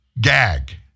Gag